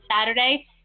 Saturday